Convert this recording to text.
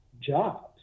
jobs